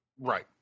Right